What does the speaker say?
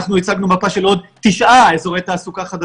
הצגנו מפה של עוד תשעה אזורי תעסוקה חדשים,